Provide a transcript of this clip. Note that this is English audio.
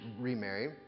remarry